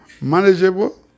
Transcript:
manageable